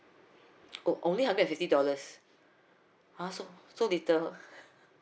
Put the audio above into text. oh only hundred and fifty dollars uh so so little